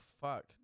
fuck